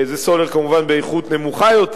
זה כמובן סולר באיכות נמוכה יותר,